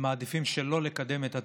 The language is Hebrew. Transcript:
מעדיפים שלא לקדם את התקציב,